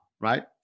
right